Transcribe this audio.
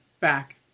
back